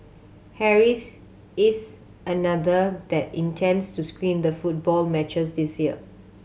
Harry's is another that intends to screen the football matches this year